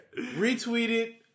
retweeted